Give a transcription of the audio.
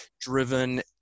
driven